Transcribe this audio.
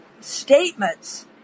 statements